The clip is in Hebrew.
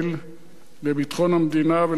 לביטחון המדינה ולארץ-ישראל.